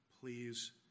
Please